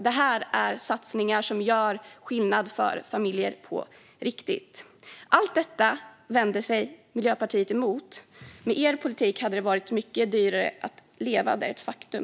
Det är satsningar som gör skillnad för familjer på riktigt. Allt detta vänder sig Miljöpartiet emot. Med er politik hade det varit mycket dyrare att leva - det är ett faktum.